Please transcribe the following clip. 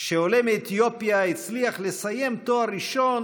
כשעולה מאתיופיה הצליח לסיים תואר ראשון,